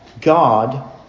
God